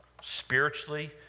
Spiritually